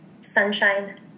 sunshine